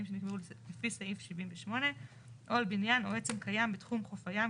שנקבעו לפי סעיף 78 או על בניין או עצם קיים בתחום חוף הים,